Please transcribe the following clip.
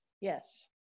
Yes